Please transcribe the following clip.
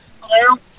Hello